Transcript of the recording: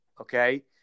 okay